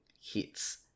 hits